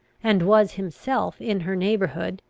and was himself in her neighbourhood,